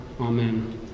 Amen